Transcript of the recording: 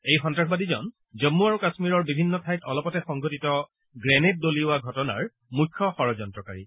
এই সন্নাসবাদী জন জম্মু আৰু কাশ্মীৰৰ বিভিন্ন ঠাইত অলপতে সংঘটিত গ্ৰেনেড দলিওৱা ঘটনাৰ মুখ্য ষড্যন্ত্ৰকাৰী